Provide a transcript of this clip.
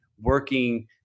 working